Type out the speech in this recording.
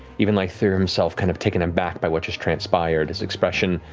even lythir himself kind of taken aback by what just transpired, his expression